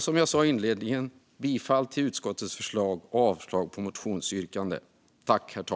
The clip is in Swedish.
Som jag sa i inledningen yrkar jag bifall till utskottets förslag och avslag på motionsyrkandena.